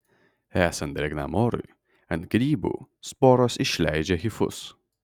esant drėgnam orui ant grybų sporos išleidžia hifus